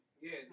Yes